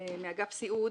מאגף הסיעוד.